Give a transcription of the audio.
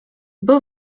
był